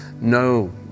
No